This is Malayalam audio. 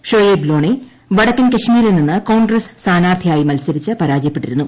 ഷൊയേബ് ലോണേ വടക്കൻ കശ്മീരിൽ നിന്ന് കോൺഗ്രസ് സ്ഥാനാർത്ഥിയായി മത്സരിച്ച് പരാജയപ്പെട്ടിരുന്നു